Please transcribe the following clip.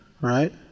right